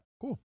Cool